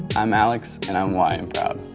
i'm alex, and i am y and proud.